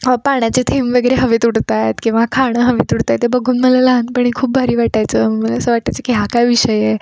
हो पाण्याचे थेंब वगैरे हवेत उडत आहेत किंवा खाणं हवेत उडतं आहे ते बघून मला लहानपणी खूप भारी वाटायचं मला असं वाटायचं की हा काय विषय आहे